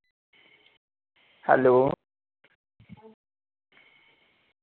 hello